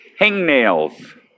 hangnails